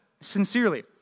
sincerely